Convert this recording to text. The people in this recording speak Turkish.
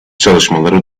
çalışmaları